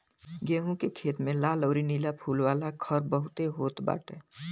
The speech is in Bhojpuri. गेंहू के खेत में लाल अउरी नीला फूल वाला खर बहुते होत बाटे